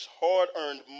hard-earned